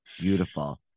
Beautiful